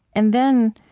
and then,